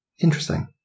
interesting